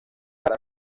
para